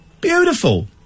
Beautiful